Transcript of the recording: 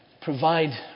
provide